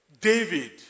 David